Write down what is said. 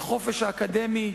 החופש האקדמי,